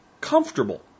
comfortable